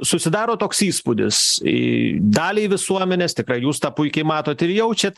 susidaro toks įspūdis daliai visuomenės tikrai jūs tą puikiai matot ir jaučiat